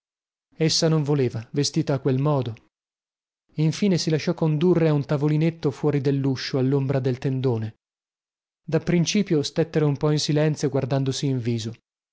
essa non voleva vestita a quel modo infine si lasciò condurre a un tavolinetto fuori delluscio allombra del tendone dapprincipio stettero un po in silenzio guardandosi in viso